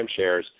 timeshares